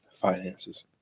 Finances